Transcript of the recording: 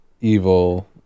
evil